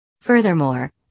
Furthermore